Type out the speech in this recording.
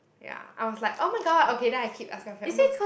ya I was like oh my god okay then I keep asking oh my